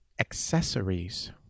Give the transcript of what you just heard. accessories